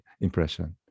impression